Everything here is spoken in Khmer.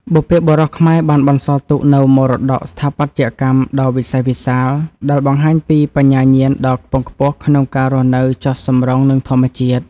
បុព្វបុរសខ្មែរបានបន្សល់ទុកនូវមរតកស្ថាបត្យកម្មដ៏វិសេសវិសាល ដែលបង្ហាញពីបញ្ញាញាណដ៏ខ្ពង់ខ្ពស់ក្នុងការរស់នៅចុះសម្រុងនឹងធម្មជាតិ។